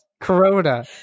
Corona